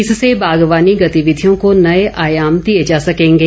इससे बागवानी गतिविधियों को नए आयाम दिए जा सकेंगे